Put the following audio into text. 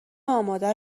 آماده